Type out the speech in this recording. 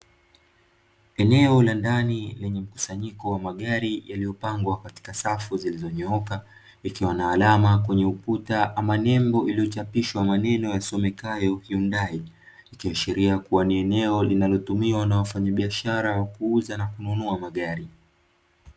Eneo la ndani lenye mkusanyiko wa magari yaliyopangwa katika safu zilizonyooka ikiwa na alama kwenye ukuta ama nembo iliyochapishwa maneno yasomekayo “Hyundai” ikiashiria kuwa ni eneo linalotumiwa na wafanyabiashara wa kuuza na kununua magari.